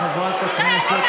חברת הכנסת,